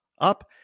up